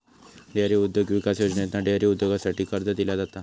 dairy उद्योग विकास योजनेतना डेअरी उद्योगासाठी कर्ज दिला जाता